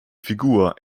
figur